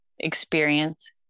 Experience